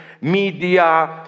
media